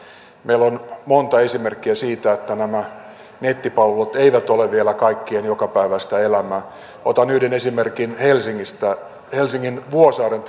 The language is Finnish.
meillä on monta esimerkkiä siitä että nämä nettipalvelut eivät ole vielä kaikkien jokapäiväistä elämää otan yhden esimerkin helsingistä helsingin vuosaaren